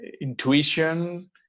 intuition